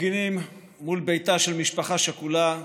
מפגינים מול ביתה של משפחה שכולה בקיסריה,